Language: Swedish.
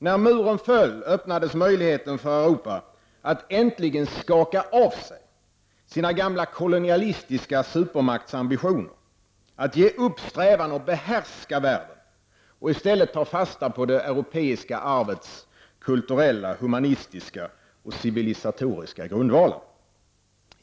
När muren föll, öppnades möjligheten för Europa att äntligen skaka av sig sina gamla kolonialistiska supermaktsambitioner, att ge upp strävan att behärska världen och i stället ta fasta på det europeiska arvets kulturella, humanistiska och civilisatoriska grundvalar.